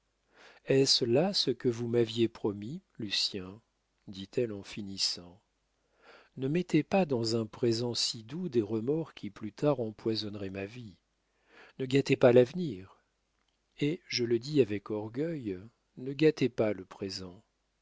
est-ce là ce que vous m'aviez promis lucien dit-elle en finissant ne mettez pas dans un présent si doux des remords qui plus tard empoisonneraient ma vie ne gâtez pas l'avenir et je le dis avec orgueil ne gâtez pas le présent